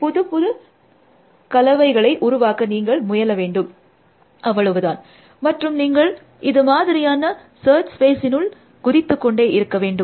புது புது கலவைகளை உருவாக்க நீங்கள் முயல வேண்டும் அவ்வளவுதான் மற்றும் நீங்கள் இது மாதிரியான சர்ச் ஸ்பேஸினுள் குதித்து கொண்டே இருக்க வேண்டும்